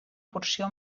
porció